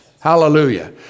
Hallelujah